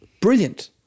Brilliant